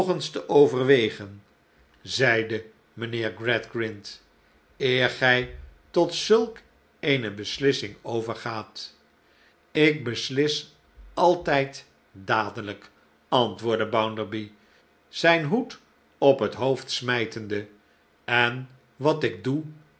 te overwegen zeide slechte tijden mijnheer gradgrind eer gij tot zulk eenebeslissing overgaat ik beslis altijd dadelijk antwoordde bounderby zijn hoed op het hoofd smijtende en wat ik doe